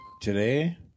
Today